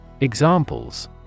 Examples